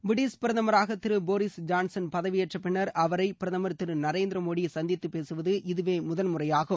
British பிரதமராக திரு Boris Johnson பதவியேற்ற பின்னர் அவரை பிரதமர் திரு நரேந்திர மோடி சந்தித்து பேசுவது இதுவே முதல்முறையாகும்